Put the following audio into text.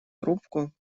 трубку